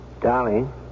Darling